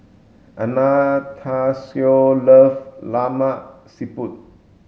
Anastacio love Lemak Siput